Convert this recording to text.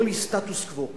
אומרים לי: סטטוס קוו.